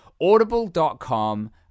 Audible.com